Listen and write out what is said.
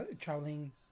traveling